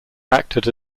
acted